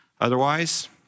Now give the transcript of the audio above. Otherwise